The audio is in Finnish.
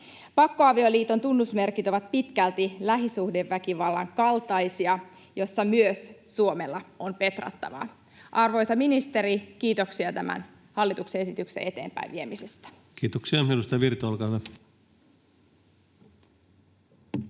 Pakkoavioliiton tunnusmerkit ovat pitkälti lähisuhdeväkivallan kaltaisia, joissa myös Suomella on petrattavaa. Arvoisa ministeri, kiitoksia tämän hallituksen esityksen eteenpäinviemisestä. [Speech